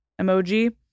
emoji